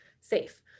safe